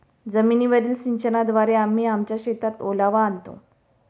जमीनीवरील सिंचनाद्वारे आम्ही आमच्या शेतात ओलावा आणतो